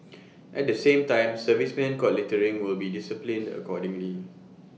at the same time servicemen caught littering will be disciplined accordingly